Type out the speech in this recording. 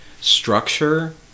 structure